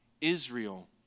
Israel